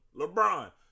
LeBron